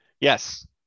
Yes